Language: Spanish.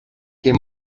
que